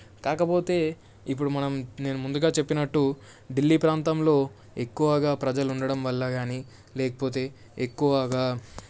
కాకపోతే ఇప్పుడు మనం నేను ముందుగా చెప్పినట్టు ఢిల్లీ ప్రాంతంలో ఎక్కువగా ప్రజలుండడం వల్ల కానీ లేకపోతే ఎక్కువగా